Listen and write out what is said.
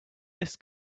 this